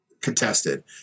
contested